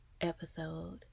episode